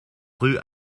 rue